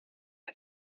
den